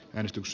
menestys